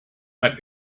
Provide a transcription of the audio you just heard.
might